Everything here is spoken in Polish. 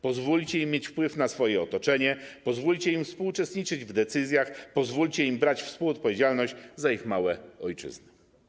Pozwólcie im mieć wpływ na swoje otoczenie, pozwólcie im współuczestniczyć w decyzjach, pozwólcie im brać współodpowiedzialność za ich małe ojczyzny.